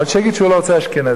אבל שיגיד שהוא לא רוצה אשכנזים.